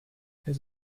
his